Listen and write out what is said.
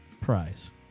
prize